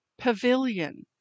pavilion